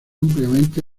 ampliamente